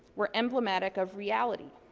were emblematic of reality.